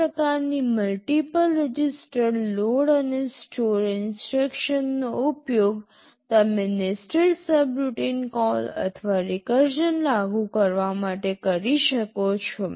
આ પ્રકારની multiple register load અને સ્ટોર ઇન્સટ્રક્શનનો ઉપયોગ તમે નેસ્ટેડ સબરૂટિન કોલ અથવા રિકર્ઝન લાગુ કરવા માટે કરી શકો છો